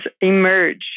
emerge